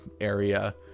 area